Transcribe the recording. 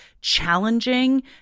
challenging